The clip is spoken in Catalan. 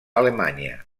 alemanya